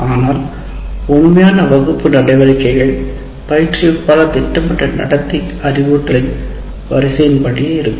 ஆனால் உண்மையானவை வகுப்பறை நடவடிக்கைகள் பயிற்றுவிப்பாளர் திட்டமிட்ட நடத்தை அறிவுறுத்தலின் வரிசையின்படி இருக்கும்